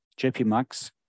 JPMAX